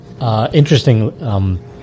Interesting